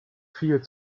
viel